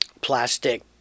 plastic